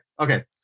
Okay